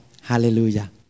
Hallelujah